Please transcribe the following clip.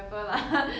ya